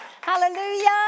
Hallelujah